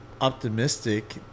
optimistic